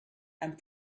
and